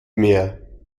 mehr